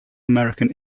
american